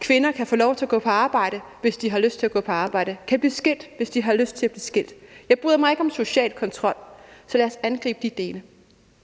kvinder kan få lov til at gå på arbejde, hvis de har lyst til at gå på arbejde, og kan blive skilt, hvis de har lyst til at blive skilt. Jeg bryder mig ikke om social kontrol, så lad os angribe de dele,